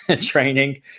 training